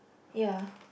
ya